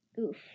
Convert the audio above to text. Oof